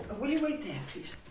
ah will you wait there please?